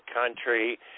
country